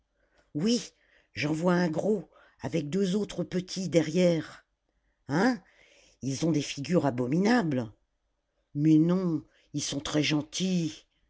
j'en vois un gros avec deux autres petits derrière hein ils ont des figures abominables mais non ils sont très gentils